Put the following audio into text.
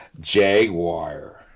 Jaguar